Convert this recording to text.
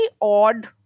odd